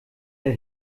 der